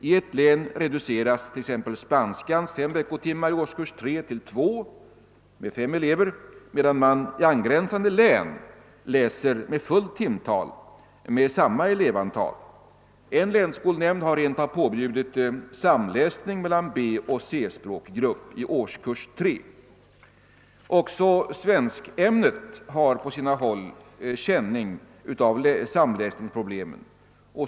I ett län reduceras t.ex. spanskans fem veckotimmar i årskurs 3 till två med fem elever, medan man i angränsande län läser fullt timtal med samma elevantal. En länsskolnämnd har rent av påbjudit samläsning mellan B och C-språkgrupp i årskurs 3. Också svenskämnet har på sina håll känning av samläsningsproblemen.